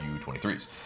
u23s